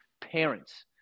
parents